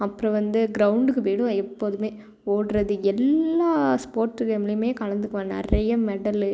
அப்புறம் வந்து கிரௌன்டுக்கு போய்டுவேன் எப்போதுமே ஓடுறது எல்லா ஸ்போர்ட்டு கேம்ப்லயுமே கலந்துப்பேன் நிறையா மெடல்